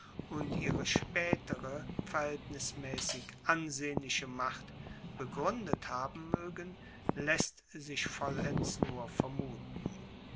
und ihre spaetere verhaeltnismaessig ansehnliche macht begruendet haben moegen laesst sich vollends nur vermuten